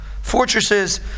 fortresses